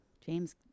James